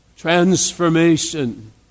transformation